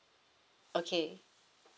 okay